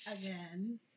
Again